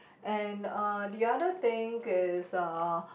and uh the other thing is uh